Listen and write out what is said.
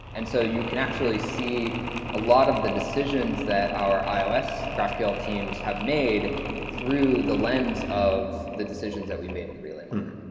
and so you can actually see a lot of the decisions that our ios graphql teams have made through the lens of the decisions that we made in relay modern.